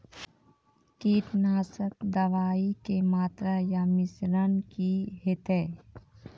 कीटनासक दवाई के मात्रा या मिश्रण की हेते?